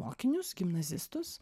mokinius gimnazistus